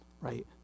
right